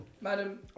Madam